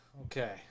Okay